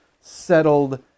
settled